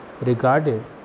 regarded